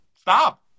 stop